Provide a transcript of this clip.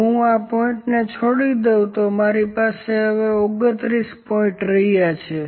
જો હુ આ પોઇન્ટ છોડી દઉ તો આપણી પાસે હવે 29 પોઇન્ટ્સ રહ્યા છે